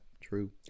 true